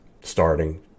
starting